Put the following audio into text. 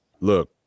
look